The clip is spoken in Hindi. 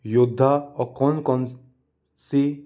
योद्धा और कौन कौन सी